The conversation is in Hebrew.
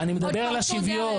עוד פרצו דרך.